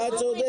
אתה צודק.